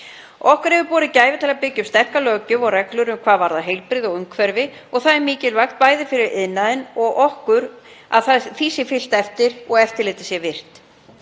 höfum ekki borið gæfu til að byggja upp sterka löggjöf og reglur hvað varðar heilbrigði og umhverfi og það er mikilvægt, bæði fyrir iðnaðinn og okkur, að því sé fylgt eftir og að eftirlitið sé virkt.